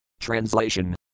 Translation